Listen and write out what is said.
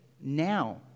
now